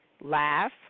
laugh